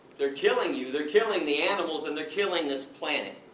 they're killing you, they're killing the animals, and they're killing this planet.